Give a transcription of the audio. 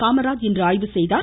காமராஜ் இன்று ஆய்வு செய்தார்